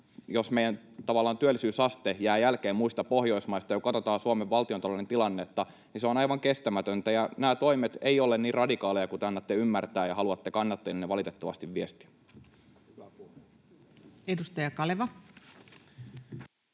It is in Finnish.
jos meidän työllisyysaste jää tavallaan jälkeen muista Pohjoismaista, ja jos katsotaan Suomen valtiontalouden tilannetta, niin se on aivan kestämätöntä. Nämä toimet eivät ole niin radikaaleja kuin te annatte ymmärtää ja haluatte kannattajillenne valitettavasti viestiä. [Eduskunnasta: